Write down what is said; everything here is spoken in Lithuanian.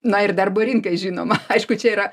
na ir darbo rinkai žinoma aišku čia yra